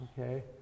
okay